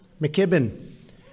McKibben